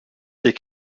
ces